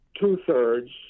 two-thirds